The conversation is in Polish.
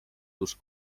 tuż